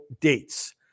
dates